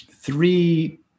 three